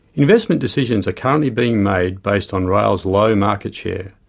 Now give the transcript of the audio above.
investment decisions are currently being made based on rail's low market share.